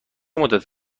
مدت